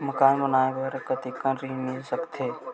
मकान बनाये बर कतेकन ऋण मिल सकथे?